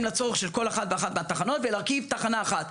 לצורך של כל אחת ואחת מהתחנות ולהרכיב תחנה אחת,